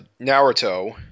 Naruto